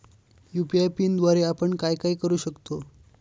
UPI पिनद्वारे आपण काय काय करु शकतो?